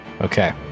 Okay